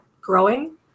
growing